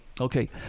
Okay